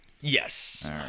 yes